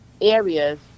areas